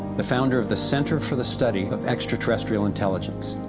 the founder of the center for the study of extra-terrestrial intelligence.